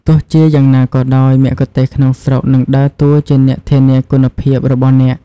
ទោះជាយ៉ាងណាក៏ដោយ មគ្គុទ្ទេសក៍ក្នុងស្រុកនឹងដើរតួជាអ្នកធានាគុណភាពរបស់អ្នក។